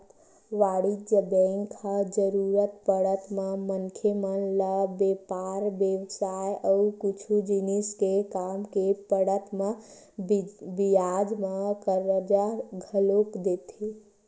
वाणिज्य बेंक ह जरुरत पड़त म मनखे मन ल बेपार बेवसाय अउ कुछु जिनिस के काम के पड़त म बियाज म करजा घलोक देथे